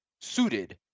suited